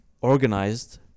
organized